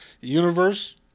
universe